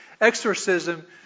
exorcism